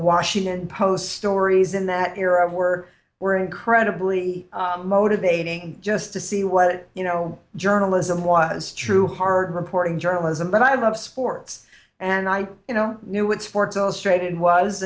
washington post stories in that era were were incredibly motivating just to see what you know journalism was true hard reporting journalism but i love sports and i you know knew what sports illustrated